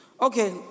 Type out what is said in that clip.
Okay